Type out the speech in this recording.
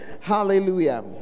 Hallelujah